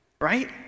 right